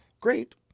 Great